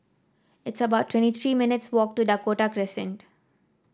it's about twenty three minutes' walk to Dakota Crescent